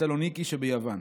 בסלוניקי שביוון,